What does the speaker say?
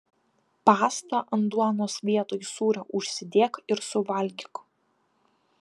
pastą ant duonos vietoj sūrio užsidėk ir suvalgyk